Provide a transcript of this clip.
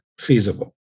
feasible